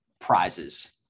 prizes